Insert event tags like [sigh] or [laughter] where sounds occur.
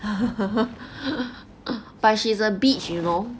[laughs] but she's a bitch you know